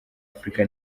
afurika